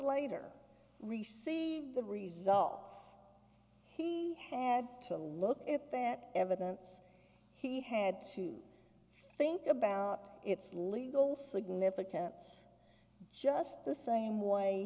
later received the results to look at that evidence he had to think about its legal significance just the same way